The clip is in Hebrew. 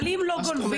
אבל אם לא גונבים,